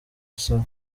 gusaba